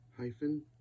hyphen